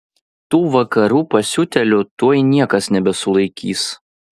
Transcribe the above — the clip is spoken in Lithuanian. tų vakarų pasiutėlių tuoj niekas nebesulaikys